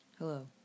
hello